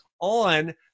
on